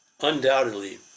undoubtedly